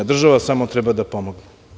Država samo treba da pomogne.